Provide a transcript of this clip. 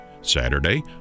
Saturday